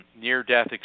near-death